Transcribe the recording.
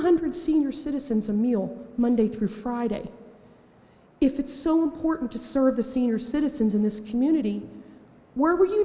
hundred senior citizens a meal monday through friday if it's so important to serve the senior citizens in this community where were you